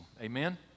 amen